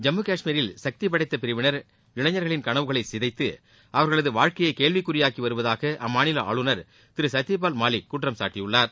ஜம்மு காஷ்மீரில் சக்தி படைத்த பிரிவினர் இளைஞர்களின் கனவுகளை சிதைத்து அவர்களது வாழ்க்கையை கேள்விகுறியாக்கி வருவதாக அம்மாநில ஆளுநர் திரு சத்தியபால் மாலிக் குற்றம் சாட்டியுள்ளார்